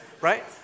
right